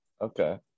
Okay